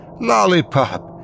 Lollipop